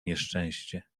nieszczęście